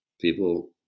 People